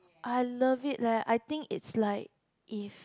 I love it leh I think it's like if